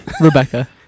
Rebecca